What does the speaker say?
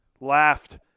Laughed